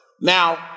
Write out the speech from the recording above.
Now